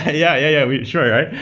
yeah yeah, sure, right?